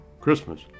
Christmas